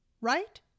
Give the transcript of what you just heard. Right